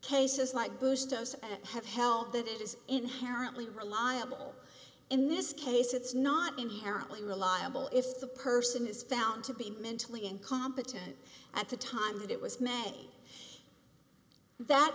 cases like bush the us and have held that it is inherently reliable in this case it's not inherently reliable if the person is found to be mentally incompetent at the time that it was made that